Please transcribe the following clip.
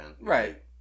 right